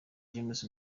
jones